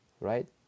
right